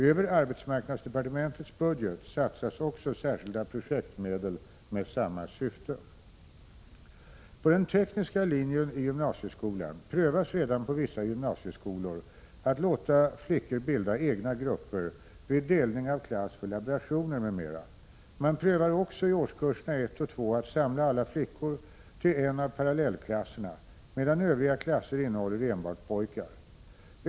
Över arbets marknadsdepartementets budget satsas också särskilda projektmedel med samma syfte. På den tekniska linjen i gymnasieskolan prövas redan på vissa gymnasieskolor att låta flickor bilda egna grupper vid delning av klass för laborationer m.m. Man prövar också i årskurserna 1 och 2 att samla alla flickor till en av parallellklasserna, medan övriga klasser innehåller enbart pojkar.